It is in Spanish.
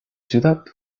ciudad